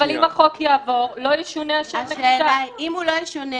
אם החוק יעבור הרי לא ישונה השם --- אם הוא לא ישונה